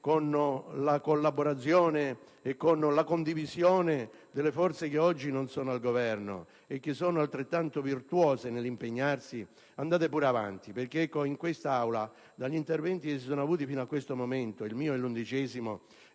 con la collaborazione e la condivisione delle forze che oggi non sono al Governo e che sono altrettanto virtuose nell'impegnarsi, vi invito ad andare avanti perché in quest'Aula, dagli interventi che si sono succeduti fino a questo momento, ho ravvisato